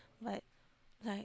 but likt